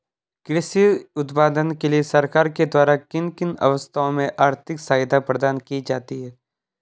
कृषि उत्पादन के लिए सरकार के द्वारा किन किन अवस्थाओं में आर्थिक सहायता प्रदान की जाती है?